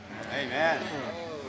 Amen